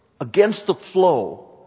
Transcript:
against-the-flow